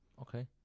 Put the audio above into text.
okay